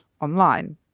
online